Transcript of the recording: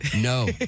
No